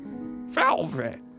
Velvet